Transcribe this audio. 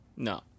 No